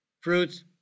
fruits